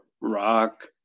rock